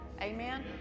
Amen